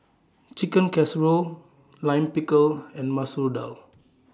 Chicken Casserole Lime Pickle and Masoor Dal